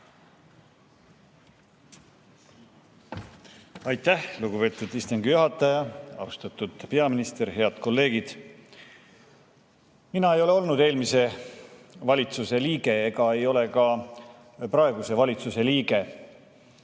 Aitäh, lugupeetud istungi juhataja! Austatud peaminister! Head kolleegid! Mina ei olnud eelmise valitsuse liige ega ole ka praeguse valitsuse liige.